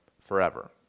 forever